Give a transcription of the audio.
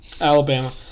Alabama